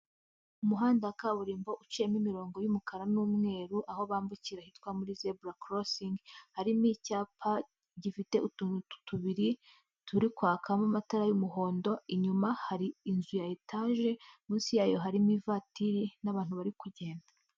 Umuhanda wa kaburimbo uciyemo imirongo y'umukara n'umweru aho bambukira ahitwa muri zebura korosingi, harimo icyapa gifite utuntu tubiri turi kwakamo amatara y'umuhondo, inyuma hari inzu ya etaje, munsi yayo harimo ivatiri n'abantu bari kugenda.